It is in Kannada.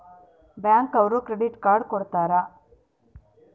ಬ್ಯಾಂಕ್ ಅವ್ರು ಕ್ರೆಡಿಟ್ ಅರ್ಡ್ ಕೊಡ್ತಾರ